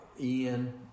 Ian